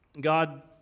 God